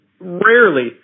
rarely